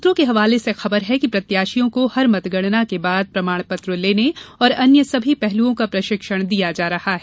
सूत्रों के हवाले से खबर है कि प्रत्याशियों को हर मतगणना के बाद प्रमाण पत्र लेने और अन्य सभी पहलुओं का प्रशिक्षण दिया जा रहा है